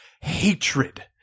hatred